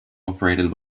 operated